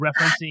referencing